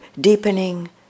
deepening